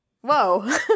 Whoa